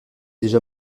déjà